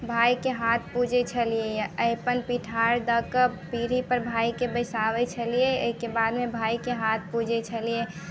भाइके हाथ पूजै छेलियै है अरिपन पिठार दऽके पीढ़ी पर भाइके बैसाबै छेलियै एहिके बादमे भाइके हाथ पूजै छेलियै